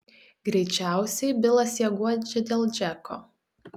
greičiausiai bilas ją guodžia dėl džeko